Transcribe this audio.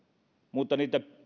mutta niitä